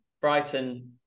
Brighton